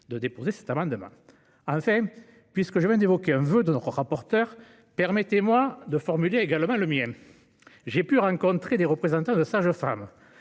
un amendement en ce sens. Enfin, puisque je viens d'évoquer un voeu de notre rapporteur, permettez-moi de formuler également le mien ! J'ai rencontré des représentants de sages-femmes,